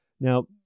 Now